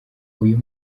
uyu